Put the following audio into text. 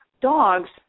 Dogs